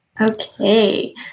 Okay